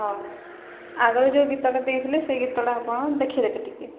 ହଁ ଆଗରୁ ଯୋଉ ଗୀତଟା ଦେଇଥିଲେ ସେଇ ଗୀତଟା ଆପଣ ଦେଖିଦେବେ ଟିକେ